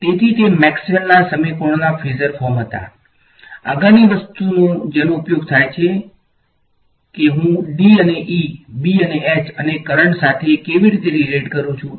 તેથી તે મેક્સવેલના સમીકરણોના ફેઝર ફોર્મ હતા આગળની વસ્તુ જેનો ઉપયોગ થાય છે તે છે કે હું D અને E B અને H અને કરંટ સાથે કેવી રીતે રીલેટ કરુ છું